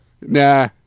Nah